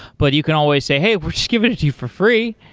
but you can always say, hey, we're just giving it to you for free.